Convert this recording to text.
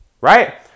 right